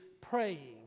praying